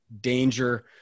danger